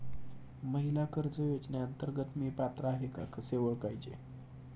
महिला कर्ज योजनेअंतर्गत मी पात्र आहे का कसे ओळखायचे?